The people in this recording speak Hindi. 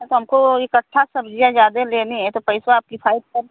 अरे तो हमको इकट्ठा सब्जिया जादे लेनी है तो पइसवा आप किफायत कर